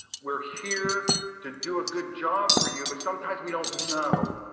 we're here to do a good job for you. but sometimes we don't know.